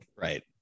Right